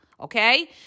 okay